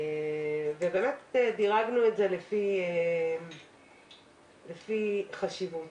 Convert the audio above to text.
דירגנו את זה לפי חשיבות.